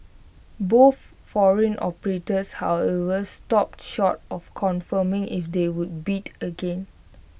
both foreign operators however stopped short of confirming if they would bid again